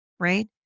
Right